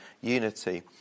unity